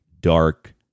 dark